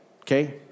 Okay